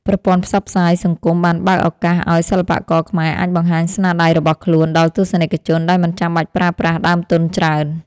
ប្រព័ន្ធផ្សព្វផ្សាយសង្គមបានបើកឱកាសឱ្យសិល្បករខ្មែរអាចបង្ហាញស្នាដៃរបស់ខ្លួនដល់ទស្សនិកជនដោយមិនបាច់ប្រើប្រាស់ដើមទុនច្រើន។